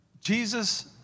Jesus